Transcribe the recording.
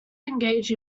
engaged